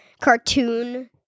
cartoon